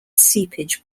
seepage